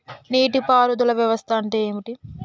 నీటి పారుదల వ్యవస్థ అంటే ఏంటి?